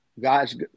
guys